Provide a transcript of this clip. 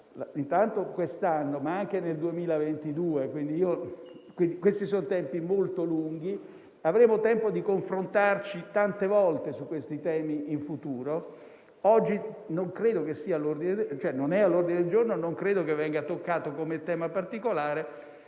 intanto quest'anno, ma anche nel 2022. Si tratta di tempi molto lunghi. Avremo modo di confrontarci tante volte su questi temi in futuro. Oggi non è all'ordine del giorno e non credo che verrà toccato come tema particolare,